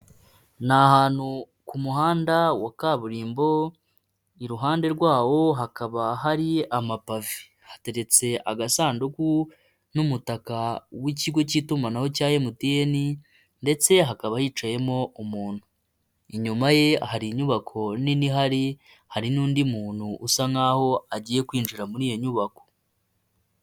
Ni ahantutu ku muhanda wa kaburimbo, iruhande rwawo hakaba hari amapave, hateretse agasanduku n'umutaka w'ikigo k'itumanaho cya MTN ndetse hakaba hicayemo umuntu, inyuma ye hari inyubako nini ihari, hari n'undi muntu usa nkaho agiye kwinjira muri iyo nyubako.